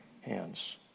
hands